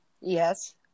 Yes